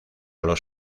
los